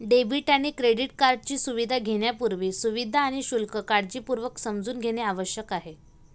debit आणि credit कार्डची सुविधा घेण्यापूर्वी, सुविधा आणि शुल्क काळजीपूर्वक समजून घेणे आवश्यक आहे